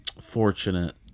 fortunate